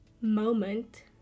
moment